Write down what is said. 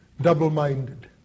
double-minded